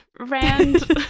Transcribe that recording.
rand